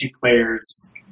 players